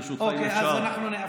ברשותך, אם אפשר.